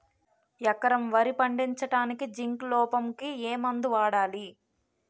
ఎకరం వరి పండించటానికి జింక్ లోపంకి ఏ మందు వాడాలి?